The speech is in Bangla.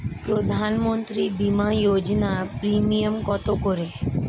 প্রধানমন্ত্রী বিমা যোজনা প্রিমিয়াম কত করে?